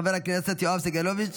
חבר הכנסת יואב סגלוביץ'